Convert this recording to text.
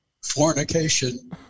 fornication